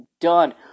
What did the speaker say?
done